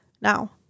Now